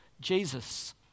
Jesus